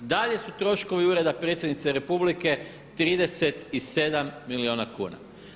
I dalje su troškovi Ureda predsjednice Republike 37 milijuna kuna.